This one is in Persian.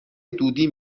دودی